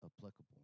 applicable